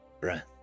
breath